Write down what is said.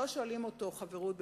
לא שואלים אותו על חברות בקופה,